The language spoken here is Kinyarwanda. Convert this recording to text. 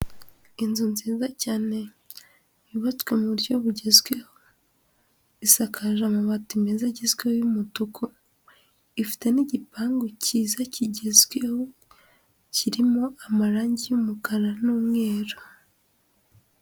Inzu nziza cyane yubatswe mu buryo bugezweho, isakaje amabati meza agizweho y'umutuku, ifite n'igipangu cyiza kigezweho, kirimo amarangi y'umukara n'umweru.